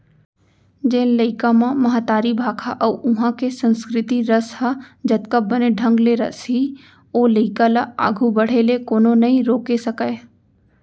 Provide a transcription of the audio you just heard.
जेन लइका म महतारी भाखा अउ उहॉं के संस्कृति रस ह जतका बने ढंग ले रसही ओ लइका ल आघू बाढ़े ले कोनो नइ रोके सकयँ